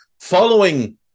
Following